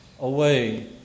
away